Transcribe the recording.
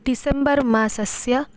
December मासस्य